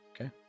okay